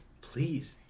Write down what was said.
Please